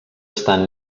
estan